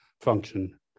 function